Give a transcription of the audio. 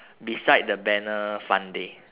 beside the banner fun day